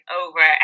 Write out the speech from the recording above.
over